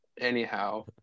anyhow